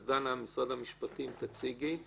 דנה, משרד המשפטים, תציגי.